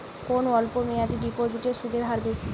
কোন অল্প মেয়াদি ডিপোজিটের সুদের হার বেশি?